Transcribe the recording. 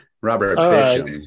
Robert